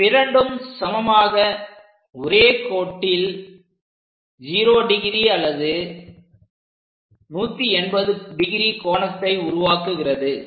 இவ்விரண்டும் சமமாக ஒரே கோட்டில் 0° அல்லது 180° கோணத்தை உருவாக்குகிறது